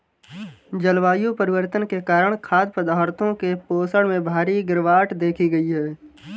जलवायु परिवर्तन के कारण खाद्य पदार्थों के पोषण में भारी गिरवाट देखी गयी है